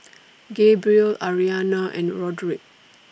Gabriel Aryana and Roderic